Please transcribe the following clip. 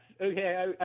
Okay